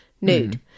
nude